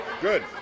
good